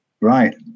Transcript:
right